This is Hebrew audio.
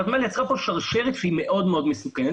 הוותמ"ל יצרה כאן שרשרת שהיא מאוד מאוד מסוכנת.